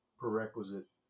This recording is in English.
prerequisite